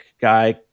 guy